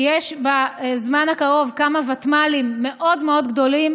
כי יש בזמן הקרוב כמה ותמ"לים מאוד מאוד גדולים